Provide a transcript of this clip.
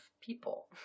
people